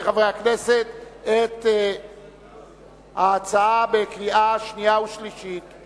חברי הכנסת את ההצעה לקריאה שנייה וקריאה שלישית.